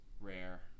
Rare